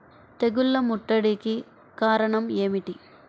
తెగుళ్ల ముట్టడికి కారణం ఏమిటి?